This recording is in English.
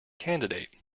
candidate